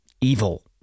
evil